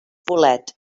bwled